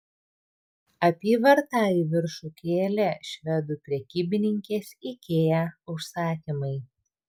apyvartą į viršų kėlė švedų prekybininkės ikea užsakymai